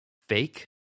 fake